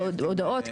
הודעות,